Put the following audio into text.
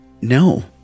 no